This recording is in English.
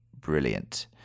brilliant